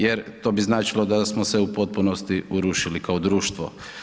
Jer to bi značilo da smo se u potpunosti urušili kao društvo.